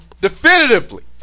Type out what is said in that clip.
Definitively